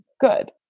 good